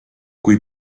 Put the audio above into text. kui